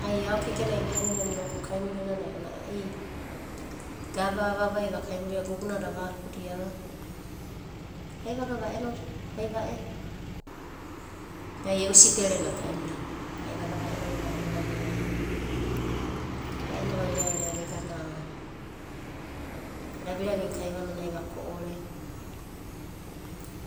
Ai agokekenai viani noku kaimurinanai a'ana ei gava avavaiva kaimuridadai gubunada avakuva ai vaga va'enodio va'eno. Ai e'u siperena taimnana ai vaga va'enodo va'eno vairearea vegana raviravina kaivananai va ko'ore